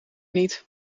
niet